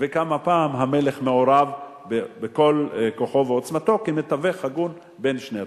וגם הפעם המלך מעורב בכל כוחו ועוצמתו כמתווך הגון בין שני הצדדים.